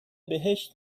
بهشت